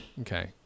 okay